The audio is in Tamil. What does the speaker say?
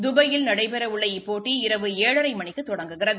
தபாயில் நடைபெறவுள்ள இப்போட்டி இரவு ஏழரை மணிக்கு தொடங்குகிறது